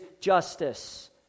justice